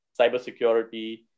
cybersecurity